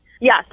Yes